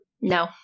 No